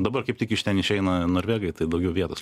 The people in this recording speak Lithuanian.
dabar kaip tik iš ten išeina norvegai tai daugiau vietos